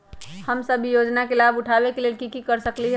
हम सब ई योजना के लाभ उठावे के लेल की कर सकलि ह?